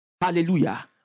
hallelujah